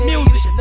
Music